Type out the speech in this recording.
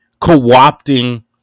co-opting